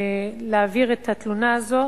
להעברת התלונה הזאת,